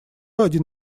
один